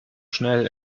schnell